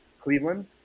Cleveland